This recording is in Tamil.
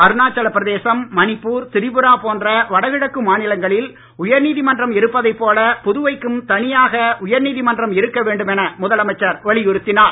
அருணாச்சல பிரதேசம் மணிப்பூர் திரிபுரா போன்ற வடகிழக்கு மாநிலங்களில் உயர்நீதி மன்றம் இருப்பதை போல புதுவைக்கும் தனியாக உயர்நீதி மன்றம் இருக்க வேண்டும் என முதலமைச்சர் வலியுறுத்தினார்